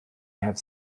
have